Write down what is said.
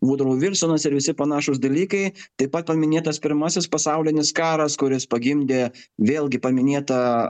vūdrau vilsonas ir visi panašūs dalykai taip pat paminėtas pirmasis pasaulinis karas kuris pagimdė vėlgi paminėt tą